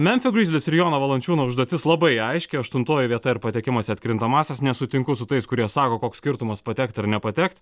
memfio grizzlies ir jono valančiūno užduotis labai aiški aštuntoji vieta ir patekimas į atkrintamąsias nesutinku su tais kurie sako koks skirtumas patekti ar nepatekt